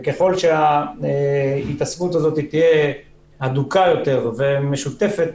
וככל שההתעסקות הזאת תהיה הדוקה יותר ומשותפת